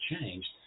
changed